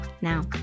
now